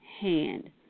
hand